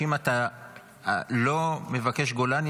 אם אתה לא מבקש גולני,